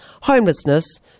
homelessness